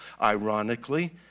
Ironically